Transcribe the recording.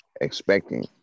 expecting